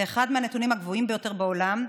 זה אחד מהנתונים הגבוהים ביותר בעולם.